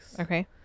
Okay